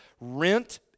rent